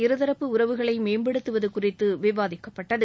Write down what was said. இருதரப்பு உறவுகளை மேம்படுத்துவது குறித்து விவாதிக்கப்பட்டது